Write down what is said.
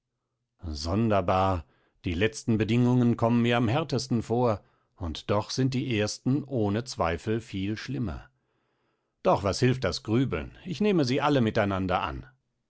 sonderbar die letzten bedingungen kommen mir am härtesten vor und doch sind die ersten ohne zweifel viel schlimmer doch was hilft das grübeln ich nehme sie alle miteinander an